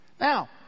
Now